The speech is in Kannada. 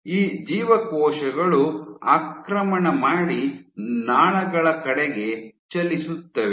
ಈ ಜೀವಕೋಶಗಳು ಆಕ್ರಮಣ ಮಾಡಿ ನಾಳಗಳ ಕಡೆಗೆ ಚಲಿಸುತ್ತವೆ